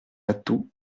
atouts